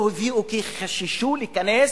לא הגיעו כי חששו להיכנס,